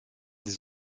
des